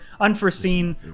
unforeseen